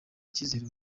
icyizere